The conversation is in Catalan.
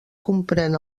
comprèn